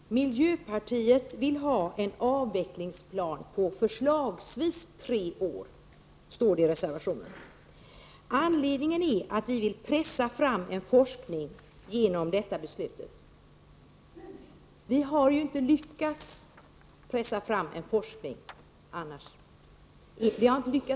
Herr talman! Miljöpartiet vill ha en avvecklingsplan på förslagsvis tre år. Det står i reservationen. Anledningen är att vi vill pressa fram en forskning som vi annars inte lyckas få.